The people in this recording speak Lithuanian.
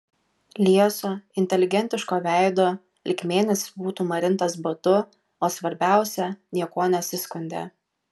lieso inteligentiško veido lyg mėnesį būtų marintas badu o svarbiausia niekuo nesiskundė